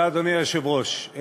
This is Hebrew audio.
אדוני היושב-ראש,